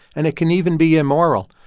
and it can even be immoral.